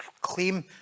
claim